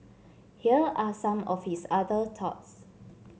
here are some of his other thoughts